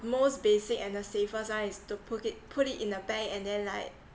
most basic and the safest one is to put it put it in a bank and then like